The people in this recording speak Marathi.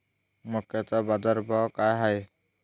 मक्याचा बाजारभाव काय हाय?